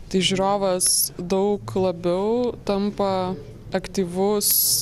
tai žiūrovas daug labiau tampa aktyvus